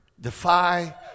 Defy